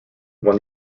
won